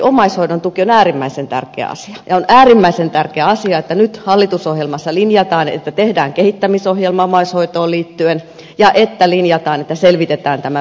omaishoidon tuki on äärimmäisen tärkeä asia ja on äärimmäisen tärkeä asia että nyt hallitusohjelmassa linjataan että tehdään kehittämisohjelma omaishoitoon liittyen ja että linjataan että selvitetään tämä verokysymys myös